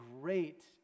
great